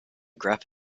graph